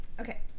Okay